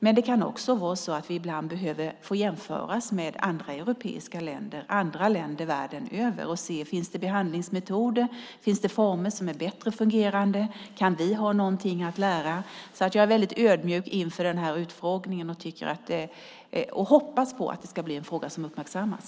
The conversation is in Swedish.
Men det kan också vara så att vi ibland behöver få jämföras med andra länder världen över för att se om det finns behandlingsmetoder och former som är bättre fungerande och om vi kan ha någonting att lära. Jag är väldigt ödmjuk inför utfrågningen och hoppas på att det ska bli en fråga som uppmärksammas.